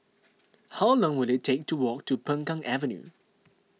how long will it take to walk to Peng Kang Avenue